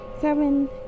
seven